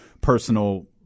personal